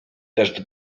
dreszcz